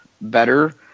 better